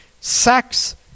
sex